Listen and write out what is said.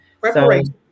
Preparation